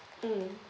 mmhmm